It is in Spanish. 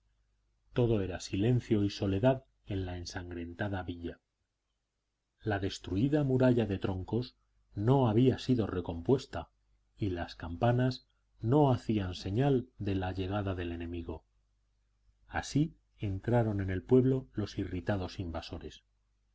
todo era silencio y soledad en la ensangrentada villa la destruida muralla de troncos no había sido recompuesta y las campanas no hacían señal de la llegada del enemigo así entraron en el pueblo los irritados invasores